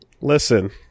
Listen